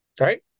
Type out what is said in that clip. Right